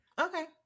Okay